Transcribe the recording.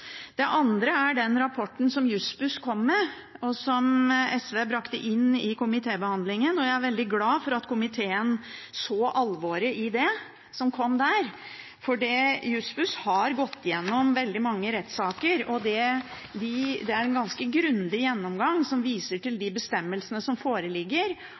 Det andre er den rapporten som Jussbuss kom med, og som SV brakte inn i komitébehandlingen. Jeg er veldig glad for at komiteen så alvoret i det. Jussbuss har gått igjennom veldig mange rettssaker, og det er en ganske grundig gjennomgang som viser til de bestemmelsene som foreligger,